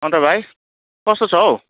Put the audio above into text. अन्त भाइ कस्तो छ हौ